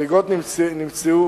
חריגות נמצאו